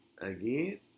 again